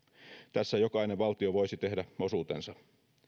tässä jokainen valtio voisi tehdä osuutensa